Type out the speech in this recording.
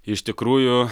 iš tikrųjų